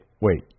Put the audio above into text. wait